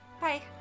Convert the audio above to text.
Bye